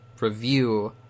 review